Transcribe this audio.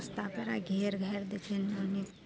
रस्ता पेरा घेर घारि दै छै एन्नअऽ ओन्नी